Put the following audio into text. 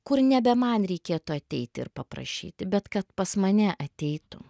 kur nebe man reikėtų ateiti ir paprašyti bet kad pas mane ateitų